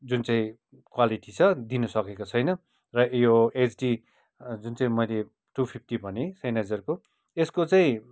जुन चाहिँ क्वालिटी छ दिनु सकेको छैन र यो एचडी जुन चाहिँ मैले टु फिफ्टी भनेँ सेहनाइजरको यसको चाहिँ